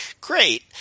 Great